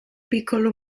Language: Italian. piccolo